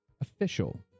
official